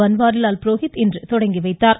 பன்வாரிலால் புரோஹித் இன்று தொடங்கி வைத்தார்